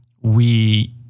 we-